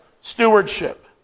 stewardship